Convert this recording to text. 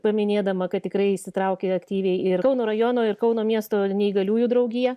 paminėdama kad tikrai įsitraukė aktyviai ir kauno rajono ir kauno miesto neįgaliųjų draugija